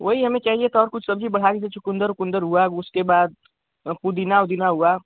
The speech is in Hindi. वही हमें चाहिए तो और कुछ सब्जी बढ़ाई है चुकन्दर ओकुन्दर हुआ उसके बाद पुदीना ओदीना हुआ